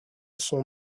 son